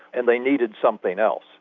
and they needed something else.